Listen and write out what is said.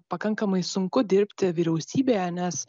pakankamai sunku dirbti vyriausybėje nes